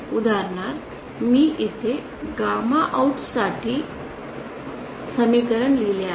उदाहरणार्थ मी इथे गॅमा आउट साठी समीकरण लिहिले आहे